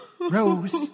Rose